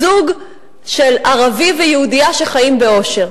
זוג של ערבי ויהודייה שחיים באושר,